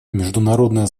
международное